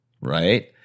Right